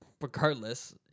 Regardless